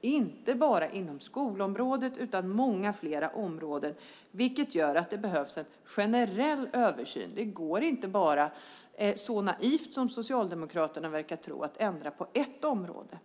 Det är inte bara inom skolområdet, utan inom många fler områden. Det gör att det behövs en generell översyn. Man kan inte, som Socialdemokraterna naivt verkar tro, ändra bara på ett område.